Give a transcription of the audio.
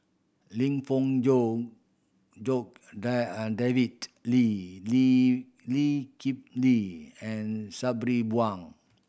Lim Fong Jock Jock and David Lee Lee Lee Kip Lee and Sabri Buang